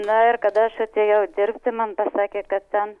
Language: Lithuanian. na ir kada aš atėjau dirbti man pasakė kad ten